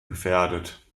gefährdet